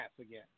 again